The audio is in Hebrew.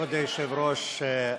כבוד היושב-ראש,